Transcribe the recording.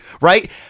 right